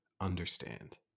understand